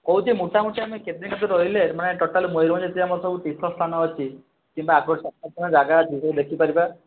କହୁଛି ମୋଟାମୋଟି ଆମେ କେତେଦିନ ରହିଲେ ମାନେ ଟୋଟାଲ ମୟୂରଭଞ୍ଜରେ ଆମର ଯେତିକି ସବୁ ତୀର୍ଥସ୍ଥାନ ଅଛି କିମ୍ବା ଆଉ ସବୁ ଦର୍ଶନୀୟ ଜାଗା ଅଛି ସବୁ ଦେଖିପାରିବା